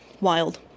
Wild